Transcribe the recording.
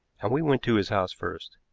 and we went to his house first.